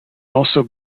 also